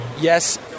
yes